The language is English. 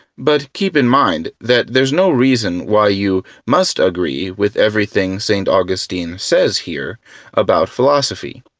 but keep in mind that there's no reason why you must agree with everything st. augustine says here about philosophy.